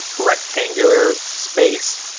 rectangular space